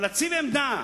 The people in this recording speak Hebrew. אבל להציב עמדה